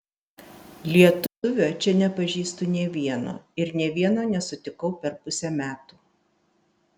lietuvio čia nepažįstu nė vieno ir nė vieno nesutikau per pusę metų